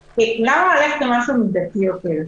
למה לא ללכת על משהו מידתי יותר?